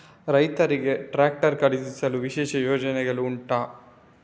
ರೈತರಿಗೆ ಟ್ರಾಕ್ಟರ್ ಖರೀದಿಸಲು ವಿಶೇಷ ಯೋಜನೆಗಳು ಉಂಟಾ?